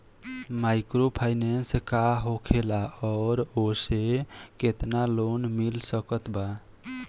Microfinance का होखेला और ओसे केतना लोन मिल सकत बा?